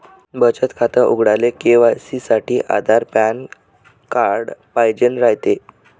बचत खातं उघडाले के.वाय.सी साठी आधार अन पॅन कार्ड पाइजेन रायते